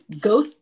go